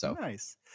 Nice